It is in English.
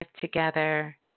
together